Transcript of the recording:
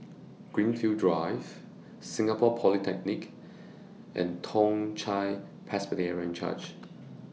Greenfield Drive Singapore Polytechnic and Toong Chai Presbyterian Church